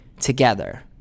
together